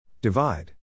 Divide